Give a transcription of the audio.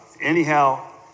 anyhow